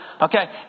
Okay